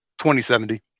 2070